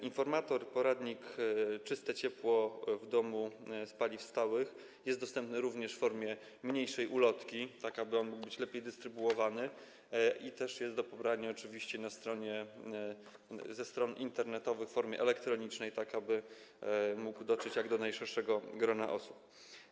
Informator, poradnik „Czyste ciepło w moim domu z paliw stałych” jest dostępny również w formie mniejszej ulotki, tak aby on mógł być lepiej dystrybuowany, i też jest do pobrania oczywiście ze stron internetowych w formie elektronicznej, tak aby mógł dotrzeć do jak najszerszego grona osób.